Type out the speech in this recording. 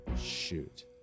shoot